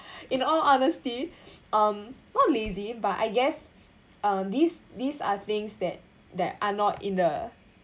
in all honesty um not lazy but I guess um these these are things that that are not in the